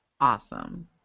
Awesome